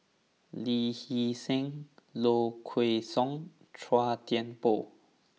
Lee Hee Seng Low Kway Song Chua Thian Poh